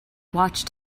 watched